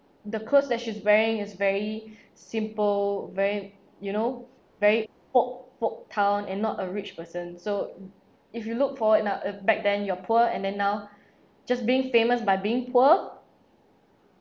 the clothes that she's wearing is very simple very you know very folk folk town and not a rich person so if you look forward now uh back then you're poor and then now just being famous by being poor